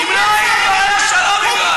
את הדמות של הרוע והשנאה.